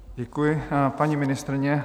Děkuji, paní ministryně.